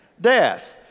death